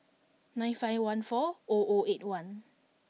nine five one four O O eight one